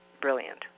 brilliant